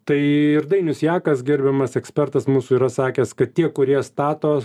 tai ir dainius jakas gerbiamas ekspertas mūsų yra sakęs kad tie kurie stato